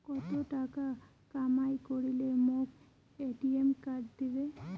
কত টাকা কামাই করিলে মোক ক্রেডিট কার্ড দিবে?